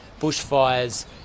bushfires